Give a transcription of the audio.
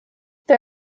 they